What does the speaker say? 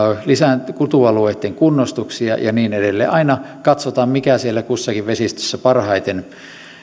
kutualueitten kunnostuksia ja niin edelleen aina katsotaan mikä siellä kussakin vesistössä parhaiten